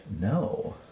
No